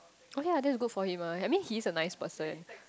okay ah that's good for him ah I mean he is a nice person